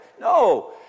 no